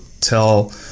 tell